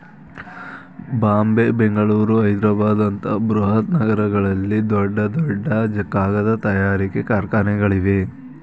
ಬಾಂಬೆ, ಬೆಂಗಳೂರು, ಹೈದ್ರಾಬಾದ್ ಅಂತ ಬೃಹತ್ ನಗರಗಳಲ್ಲಿ ದೊಡ್ಡ ದೊಡ್ಡ ಕಾಗದ ತಯಾರಿಕೆ ಕಾರ್ಖಾನೆಗಳಿವೆ